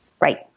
Right